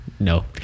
No